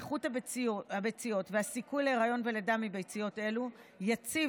איכות הביציות והסיכוי להיריון ולידה מביציות אלו יציב